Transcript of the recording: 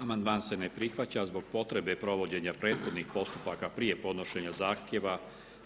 Amandman se ne prihvaća zbog potrebe provođenja prethodnih postupaka prije podnošenja zahtjeva